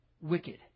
wicked